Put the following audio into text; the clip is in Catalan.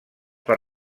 per